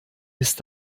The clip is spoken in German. ist